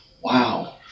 Wow